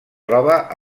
troba